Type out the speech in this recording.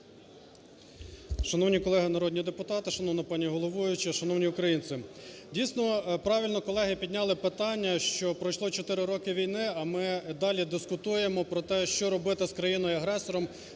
Шановні колеги, народні депутати! Шановна пані головуюча! Шановні українці! Дійсно правильно колеги підняли питання, що пройшло чотири роки війни, а ми й далі дискутуємо про те, що робити з країною-агресором,